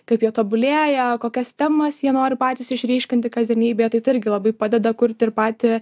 kaip jie tobulėja kokias temas jie nori patys išryškinti kasdienybėje tai irgi labai padeda kurti ir patį